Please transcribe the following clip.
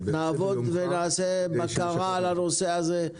נעבוד ונעשה בקרה על הנושא הזה,